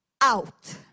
out